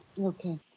Okay